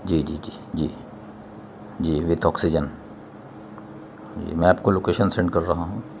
جی جی جی جی جی ود آکسیجن جی میں آپ کو لوکیشن سینڈ کر رہا ہوں